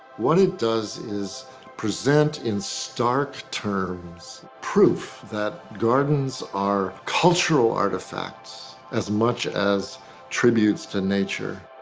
what it does is present in stark terms proof that gardens are cultural artifacts as much as tributes to nature.